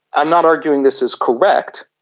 i'm not arguing this as correct,